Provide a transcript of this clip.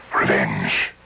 revenge